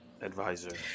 advisor